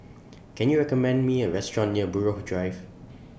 Can YOU recommend Me A Restaurant near Buroh Drive